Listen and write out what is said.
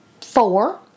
four